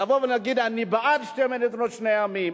לבוא ולהגיד: אני בעד שתי מדינות לשני העמים.